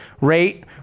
rate